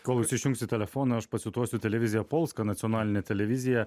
kol jūs išjungsit telefoną aš pacituosiu televiziją polska nacionalinę televiziją